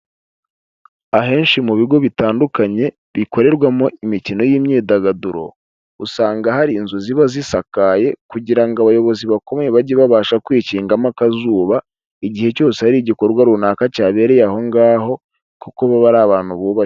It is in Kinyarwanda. Ahenshi mu bigo bitandukanye bikorerwamo imikino y'imyidagaduro, usanga hari inzu ziba zisakaye kugira ngo abayobozi bakomeye bajye babasha kwikingamo akazuba; igihe cyose hari igikorwa runaka cyabereye aho ngaho, kuko baba ari abantu bubashywe.